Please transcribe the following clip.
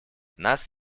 нас